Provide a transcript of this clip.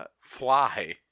fly